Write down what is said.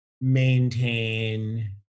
maintain